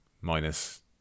minus